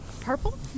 Purple